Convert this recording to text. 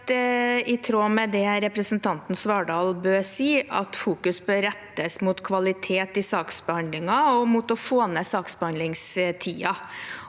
i tråd med det representanten Svardal Bøe sier, at fokus bør rettes mot kvalitet i saksbehandlingen og mot å få ned saksbehandlingstiden.